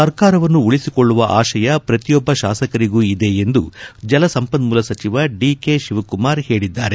ಸರ್ಕಾರವನ್ನು ಉಳಿಸಿಕೊಳ್ಳುವ ಆಶಯ ಪ್ರತಿಯೊಬ್ಬ ಶಾಸಕರಿಗೂ ಇದೆ ಎಂದು ಜಲಸಂಪನ್ನೂಲ ಸಚಿವ ಡಿ ಕೆ ಶಿವಕುಮಾರ್ ಹೇಳಿದ್ದಾರೆ